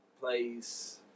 plays